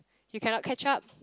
you cannot catch up